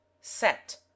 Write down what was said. Set